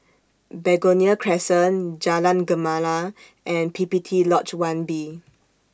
Begonia Crescent Jalan Gemala and P P T Lodge one B